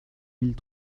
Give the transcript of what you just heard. mille